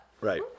Right